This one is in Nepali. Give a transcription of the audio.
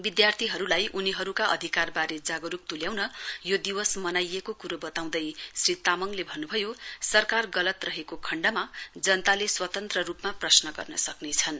विधार्थीहरुलाई उनीहरुका अधिकारवारे जागरुक तुल्याउन यो दिवस मनाइएको कुरो बताउँदै श्री तामाङले भन्नुभयो सरकार गलत रहेको खण्डमा जनताले स्वतन्त्र रुपमा प्रश्न गर्न सक्रेछन्